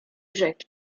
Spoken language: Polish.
rzeki